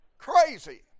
crazy